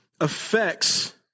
affects